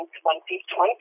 2020